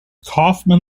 kaufman